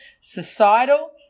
societal